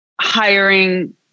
hiring